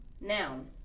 Noun